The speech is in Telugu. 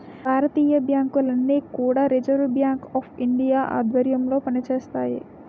భారతీయ బ్యాంకులన్నీ కూడా రిజర్వ్ బ్యాంక్ ఆఫ్ ఇండియా ఆధ్వర్యంలో పనిచేస్తాయి